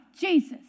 Jesus